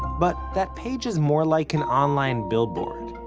but that page is more like an online billboard,